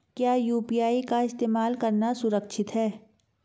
क्या यू.पी.आई का इस्तेमाल करना सुरक्षित है?